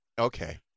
okay